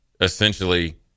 essentially